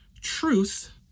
truth